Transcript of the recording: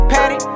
Patty